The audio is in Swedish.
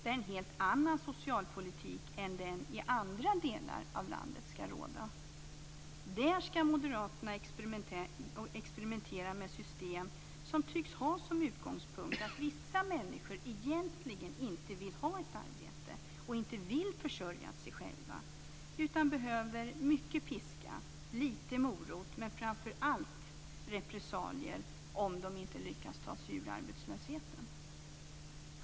Det är en helt annan socialpolitik än som ska råda i andra delar av landet. Där ska moderaterna experimentera med system som tycks ha som utgångspunkt att vissa människor egentligen inte vill ha ett arbete och inte vill försörja sig själva, utan behöver mycket piska, lite morot, men framför allt repressalier om de inte lyckas ta sig ur arbetslösheten.